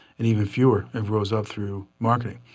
and even fewer have rose up through marketing.